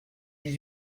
dix